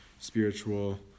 spiritual